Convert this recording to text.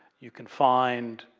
you can find,